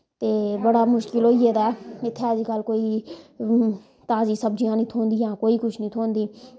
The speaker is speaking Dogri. ते बड़ा मुश्कल होई गेदा ऐ इत्थै अजकल कोई ताज़ी सब्जियां नी थ्होंदियां कोई कुछ नी थ्होंदी